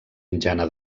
jana